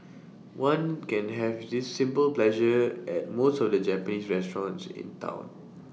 ones can have this simple pleasure at most of the Japanese restaurants in Town